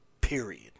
period